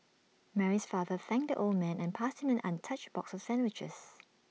Mary's father thanked the old man and passed him an untouched box of sandwiches